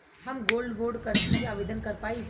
हम gold bond करती आवेदन कर पाईब?